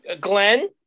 Glenn